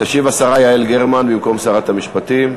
תשיב השרה יעל גרמן במקום שרת המשפטים.